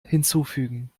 hinzufügen